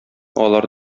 алар